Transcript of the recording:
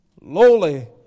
lowly